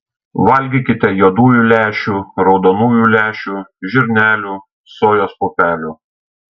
valgykite juodųjų lęšių raudonųjų lęšių žirnelių sojos pupelių